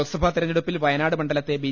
ലോക ്സഭാ തെരഞ്ഞെടുപ്പിൽ വയനാട്ട് മണ്ഡലത്തെ ബി